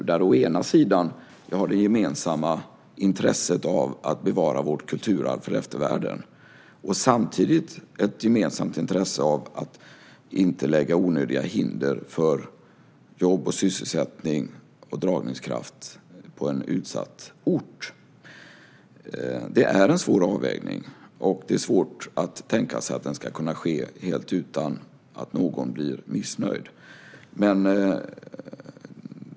Vi har å ena sidan det gemensamma intresset av att bevara vårt kulturarv för eftervärlden och samtidigt å andra sidan ett gemensamt intresse av att inte lägga onödiga hinder för jobb, sysselsättning och dragningskraft på en utsatt ort. Det är en svår avvägning, och det är svårt att tänka sig att den ska kunna ske helt utan att någon blir missnöjd.